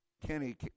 Kenny